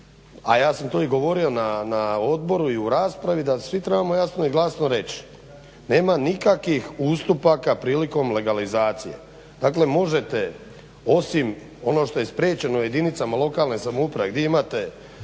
a ja sam to i govorio na odboru i na raspravi da svi trebamo jasno i glasno reći, nema nikakvih ustupaka prilikom legalizacije. Dakle možete osim ono što je spriječeno u jedinicama lokalne samouprave gdje imate